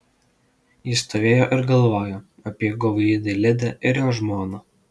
ji stovėjo ir galvojo apie guvųjį dailidę ir jo žmoną